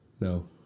No